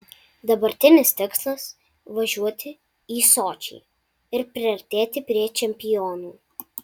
dabartinis tikslas važiuoti į sočį ir priartėti prie čempionų